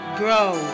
grow